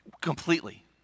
completely